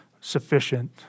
sufficient